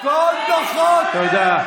תודה.